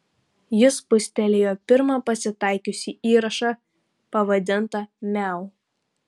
ji spustelėjo pirmą pasitaikiusį įrašą pavadintą miau